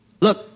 Look